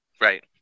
Right